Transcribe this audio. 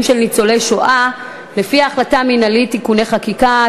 של ניצולי שואה לפי החלטה מינהלית) (תיקוני חקיקה),